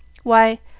why,